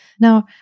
Now